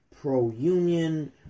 pro-union